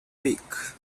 weak